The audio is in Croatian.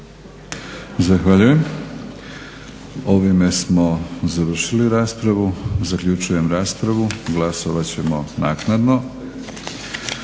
Zahvaljujem. Ovime smo završili raspravu. Zaključujem raspravu. Glasovat ćemo naknadno.